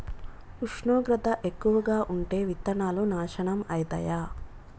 ఉష్ణోగ్రత ఎక్కువగా ఉంటే విత్తనాలు నాశనం ఐతయా?